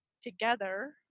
together